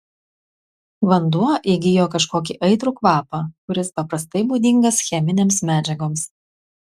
vanduo įgijo kažkokį aitrų kvapą kuris paprastai būdingas cheminėms medžiagoms